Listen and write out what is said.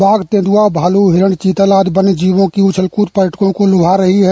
बाघ तेन्द्रआ भालू हिरन चीतल आदि वन्य जीवों की उछलकूद पर्यटकों को लुभा रही है